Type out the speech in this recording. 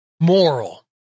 Moral